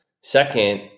Second